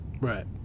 Right